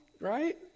right